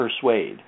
persuade